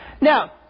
Now